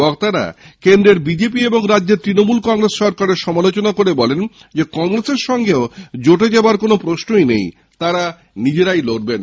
বক্তারা কেন্দ্রের বিজেপি এবং রাজ্যের তৃণমূল কংগ্রেসের সমালোচনা করে বলেন কংগ্রেসের সঙ্গে জোটে যাওয়ার কোনও প্রশ্নই নেই তারা নিজেরাই লড়বেন